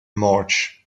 march